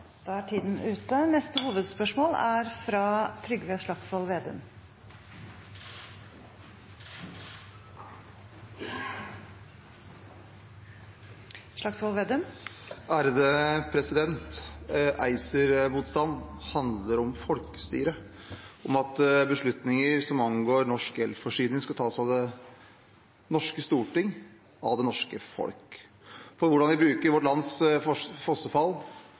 handler om folkestyre, om at beslutninger som angår norsk elforsyning, skal tas av det norske storting, av det norske folk. For hvordan vi bruker vårt lands fossefall,